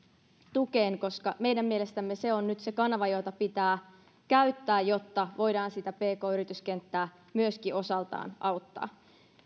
tukeen koska meidän mielestämme se on nyt se kanava jota pitää käyttää jotta voidaan sitä pk yrityskenttää myöskin osaltaan auttaa